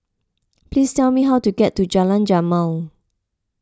please tell me how to get to Jalan Jamal